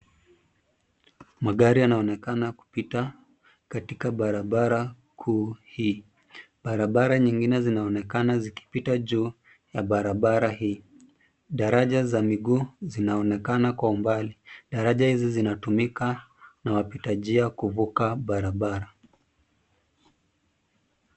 Magari yanaonekana kupita katika barabara kuu hii. Barabara nyingine zinaonekana zikipita juu ya barabara hii. Daraja za miguu zinaonekana kwa umbali. Daraja hizi zinatumika na wapita njia kuvuka barabara.